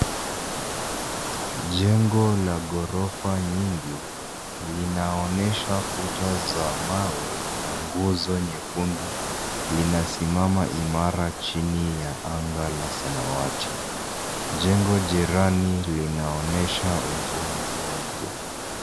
Jengo la ghorofa nyingi linaonyesha kuta za mawe na nguzo nyekundu. Linasimama imara chini ya anga la samawati. Jengo jirani linaonyesha ujenzi mpya.